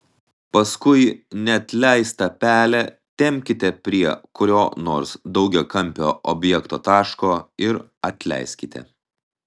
paskui neatleistą pelę tempkite prie kurio nors daugiakampio objekto taško ir atleiskite